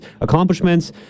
accomplishments